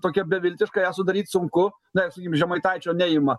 tokia beviltiška ją sudaryt sunku na ir sakykim žemaitaičio neima